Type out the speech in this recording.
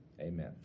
Amen